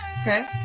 okay